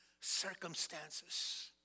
circumstances